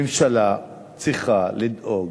ממשלה צריכה לדאוג,